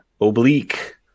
oblique